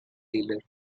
dealer